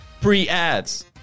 pre-ads